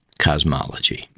cosmology